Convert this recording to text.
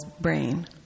brain